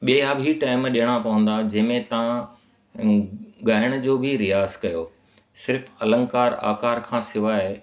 ॿिया बि टाइम ॾियणा पवंदा जंहिं में तव्हां ॻायण जो बि रियाज़ कयो सिर्फ़ु अलंकार आकार खां सवाइ